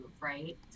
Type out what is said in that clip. right